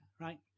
right